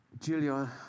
Julia